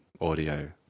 audio